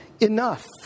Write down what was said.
Enough